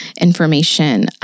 information